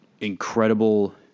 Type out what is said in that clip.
incredible